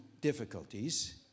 difficulties